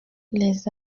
les